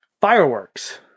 fireworks